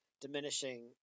diminishing